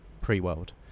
pre-world